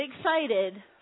excited